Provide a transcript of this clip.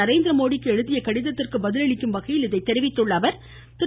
நரேந்திரமோதிக்கு எழுதிய கடிதத்திற்கு பதில் அளிக்கும் வகையில் இதை தெரிவித்துள்ள அவர் திரு